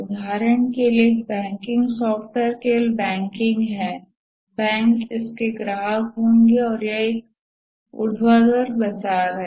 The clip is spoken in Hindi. उदाहरण के लिए एक बैंकिंग सॉफ्टवेयर केवल बैंकिंग है बैंक इसके ग्राहक होंगे और यह एक ऊर्ध्वाधर बाजार है